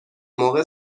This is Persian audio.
موقع